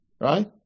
Right